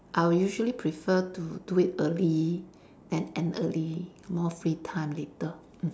I will usually prefer to do it early and end early more free time later